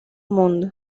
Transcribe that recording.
mundo